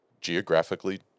geographically